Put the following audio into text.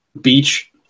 beach